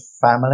family